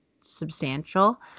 substantial